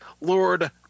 Lord